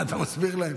אתה מסביר להם?